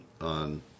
on